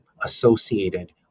associated